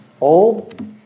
old